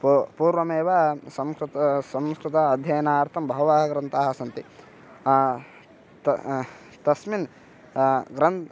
पू पूर्वमेव संस्कृतं संस्कृताध्ययनार्थं बहवः ग्रन्थाः सन्ति त तस्मिन् ग्रन्